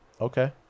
Okay